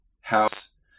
house